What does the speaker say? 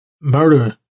murder